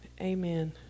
Amen